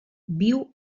viu